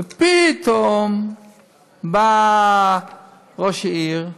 ופתאום בא ראש העיר,